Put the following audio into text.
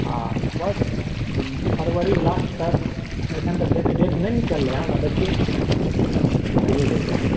आ बस्स हूँ फरबरी लास्ट तक ऐहन तऽ फिक्स डेट नहि निकलै हँ ओना देखियौ भइये जेतै